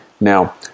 now